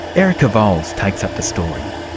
erica vowles takes up the story.